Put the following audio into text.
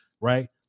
right